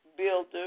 Builder